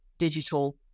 Digital